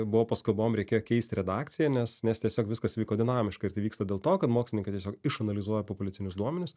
buvo paskubom reikėjo keisti redakciją nes nes tiesiog viskas vyko dinamiškai ir tai vyksta dėl to kad mokslininkai tiesiog išanalizuoja populiacinius duomenis